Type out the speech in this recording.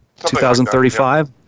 2035